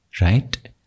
right